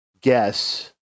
guess